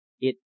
It